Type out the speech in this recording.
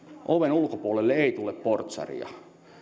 oven ulkopuolelle ei tule portsaria